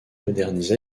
modernise